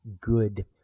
good